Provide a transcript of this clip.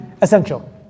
essential